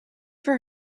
for